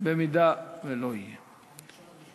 אם לא יהיה.